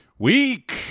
Week